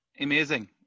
Amazing